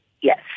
Yes